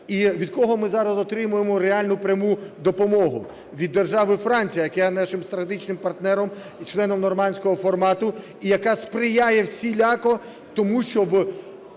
І від кого ми зараз отримуємо реальну пряму допомогу? Від держави Франція, яка є нашим стратегічним партнером і членом Нормандського формату, і яка сприяє всіляко тому, щоб